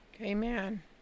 Amen